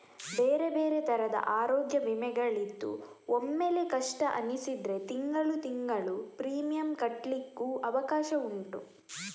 ಬೇರೆ ಬೇರೆ ತರದ ಅರೋಗ್ಯ ವಿಮೆಗಳಿದ್ದು ಒಮ್ಮೆಲೇ ಕಷ್ಟ ಅನಿಸಿದ್ರೆ ತಿಂಗಳು ತಿಂಗಳು ಪ್ರೀಮಿಯಂ ಕಟ್ಲಿಕ್ಕು ಅವಕಾಶ ಉಂಟು